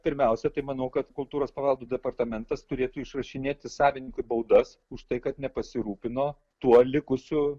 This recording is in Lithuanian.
pirmiausia tai manau kad kultūros paveldo departamentas turėtų išrašinėti savininkui baudas už tai kad nepasirūpino tuo likusiu